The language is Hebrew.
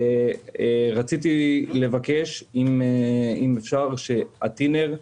רציתי לבקש שהטינר,